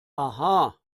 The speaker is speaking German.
aha